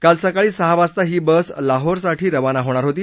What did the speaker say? काल सकाळी सहा वाजता ही बस लाहोरसाठी रवाना होणार होती